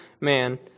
man